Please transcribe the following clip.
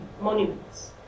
monuments